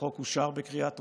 החוק אושר בקריאה טרומית,